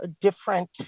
different